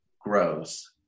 grows